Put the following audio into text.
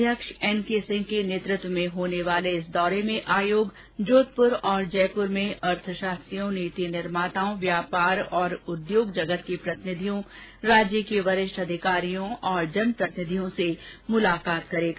अध्यक्ष N K Singh के नेतृत्व में होने वाले इस दौरे में आयोग जोधप्र और जयपुर में अर्थशास्त्रियों नीति निर्माताओं व्यापार और उद्योग जगत के प्रतिनिधियों राज्य के वरिष्ठ अधिकारियों और जनप्रतिनिधियों से मुलाकात करेगा